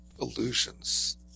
illusions